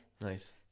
nice